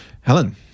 Helen